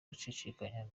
gushidikanya